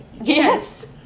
yes